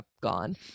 gone